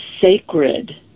sacred